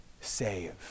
save